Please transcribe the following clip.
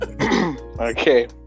Okay